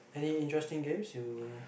any interesting games you